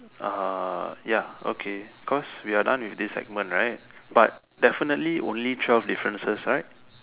ah ya okay cause we are done with this segment right but definitely only twelve differences right